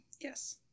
Yes